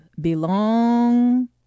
belong